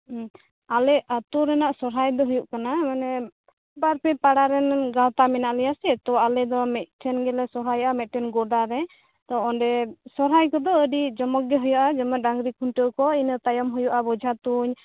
ᱦᱩᱸ ᱟᱞᱮ ᱟᱛᱳ ᱨᱮᱱᱟᱜ ᱥᱚᱦᱚᱨᱟᱭ ᱫᱚ ᱦᱩᱭᱩᱜ ᱠᱟᱱᱟ ᱢᱟᱱᱮ ᱵᱟᱨ ᱯᱮ ᱯᱟᱲᱟᱨᱮᱱ ᱜᱟᱶᱛᱟ ᱢᱮᱱᱟᱜ ᱞᱮᱭᱟ ᱥᱮᱛᱳ ᱟᱞᱮᱫᱚ ᱢᱤᱫᱴᱷᱮᱱ ᱜᱮᱞᱮ ᱥᱚᱦᱚᱨᱟᱭᱚᱜᱼᱟ ᱢᱤᱫᱴᱮᱱ ᱜᱚᱰᱟᱨᱮ ᱛᱚ ᱚᱸᱰᱮ ᱥᱚᱦᱚᱨᱟᱭ ᱠᱚᱫᱚ ᱟᱹᱰᱤ ᱡᱚᱢᱚᱠ ᱜᱮ ᱦᱩᱭᱩᱜ ᱟ ᱡᱮᱢᱚᱱ ᱰᱟᱝᱨᱤ ᱠᱷᱩᱱᱴᱟᱹᱣ ᱠᱚ ᱤᱱᱟ ᱛᱟᱭᱚᱢ ᱦᱩᱭᱩᱜ ᱟ ᱵᱚᱡᱷᱟ ᱛᱩᱧ